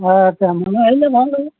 অঁ আচ্ছা মানুহ আহিলে ভাল হয়